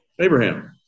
Abraham